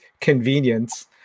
convenience